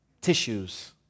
tissues